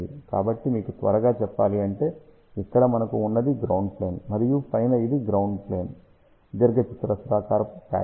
కాబట్టి మీకు త్వరగా చెప్పాలంటే ఇక్కడ మనకు ఉన్నది ఇది గ్రౌండ్ ప్లేన్ మరియు పైన ఇది గ్రౌండ్ ప్లేన్ దీర్ఘచతురస్రాకారపు పాచ్